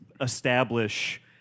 establish